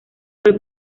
del